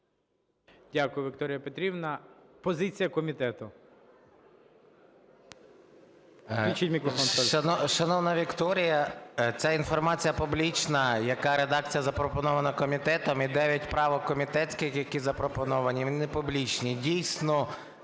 Дякую, Вікторіє Петрівно. Позиція комітету.